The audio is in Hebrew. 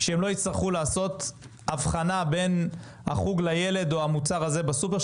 שהם לא יצטרכו לעשות הבחנה בין החוג לילד או המוצר הזה בסופר.